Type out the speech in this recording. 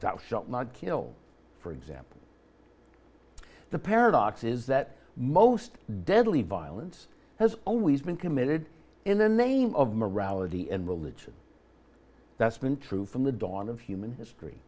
that shalt not kill for example the paradox is that most deadly violence has always been committed in the name of morality and religion that's been true from the dawn of human history